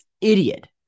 idiot